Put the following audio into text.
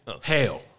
hell